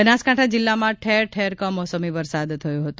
બનાસકાંઠા જિલ્લામાં ઠેર ઠેર કમોસમી વરસાદ થયો હતો